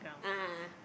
a'ah a'ah